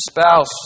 spouse